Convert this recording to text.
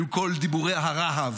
עם כל דיבורי הרהב.